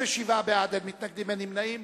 67 בעד, אין מתנגדים ואין נמנעים.